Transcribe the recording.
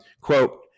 Quote